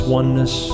oneness